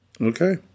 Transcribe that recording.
Okay